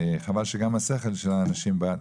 חבל שגם השכל של אנשים מגיע אחר כך,